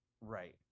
right